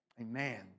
Amen